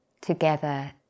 together